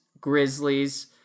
Grizzlies